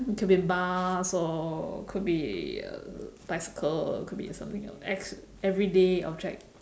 it could be a bus or could be a bicycle or could be something else ex~ everyday object